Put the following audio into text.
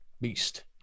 beast